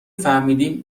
فهمیدیم